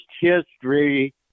history